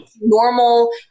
normal